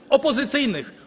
opozycyjnych